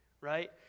right